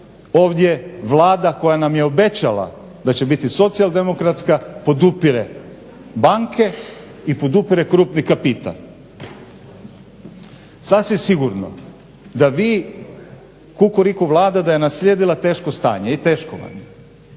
ovdje Vlada koja nam je obećala da će biti socijaldemokratska podupire banke i podupire krupni kapital. Sasvim sigurno da bi Kukuriku Vlada da je naslijedila teško stanje i teško vam je,